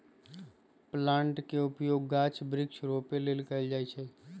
plant के उपयोग गाछ वृक्ष रोपे लेल कएल जाइ छइ